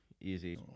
Easy